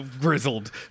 grizzled